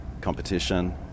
competition